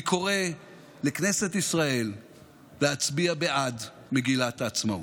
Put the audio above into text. אני קורא לכנסת ישראל להצביע בעד מגילת העצמאות.